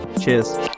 Cheers